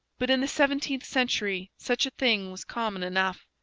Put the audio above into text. but in the seventeenth century such a thing was common enough.